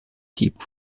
keep